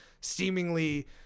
seemingly